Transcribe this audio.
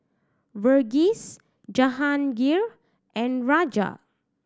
Verghese Jehangirr and Raja